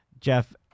Jeff